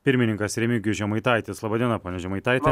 pirmininkas remigijus žemaitaitis laba diena pone žemaitaiti